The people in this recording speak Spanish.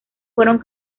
fueron